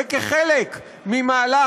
וכחלק ממהלך,